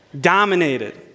Dominated